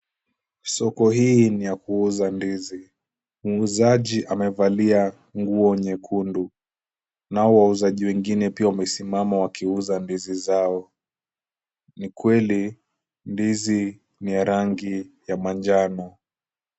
Soko hii ni ya kuuza ndizi, muuzaji amevalia nguo nyekundu nao wauzaji wengine pia wamesimama wakiuza ndizi zao, ni kweli ndizi ni rangi ya manjano.